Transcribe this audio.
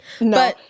no